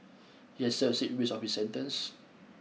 he has served six weeks of sentence